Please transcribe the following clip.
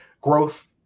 growth